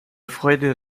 freude